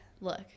look